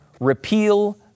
Repeal